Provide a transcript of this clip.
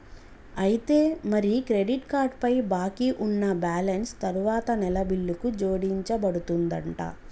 అయితే మరి credit card పై బాకీ ఉన్న బ్యాలెన్స్ తరువాత నెల బిల్లుకు జోడించబడుతుందంట